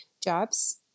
jobs